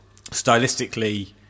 Stylistically